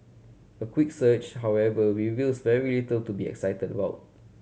a quick search however reveals very little to be excited about